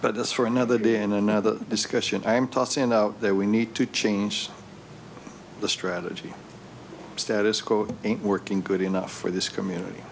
that's for another day and another discussion i'm tossing out there we need to change the strategy status quo ain't working good enough for this community